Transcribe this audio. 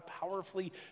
powerfully